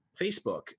Facebook